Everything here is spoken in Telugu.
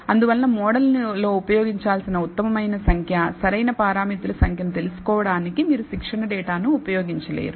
అందువలన మోడల్లో ఉపయోగించాల్సిన ఉత్తమ సంఖ్య సరైన పారామితులు సంఖ్య ను తెలుసుకోవడానికి మీరు శిక్షణ డేటాను ఉపయోగించలేరు